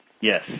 Yes